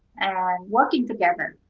and working together.